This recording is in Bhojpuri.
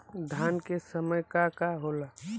धान के समय का का होला?